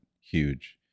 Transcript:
huge